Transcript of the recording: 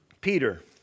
Peter